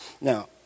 now